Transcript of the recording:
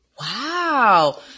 Wow